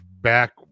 Back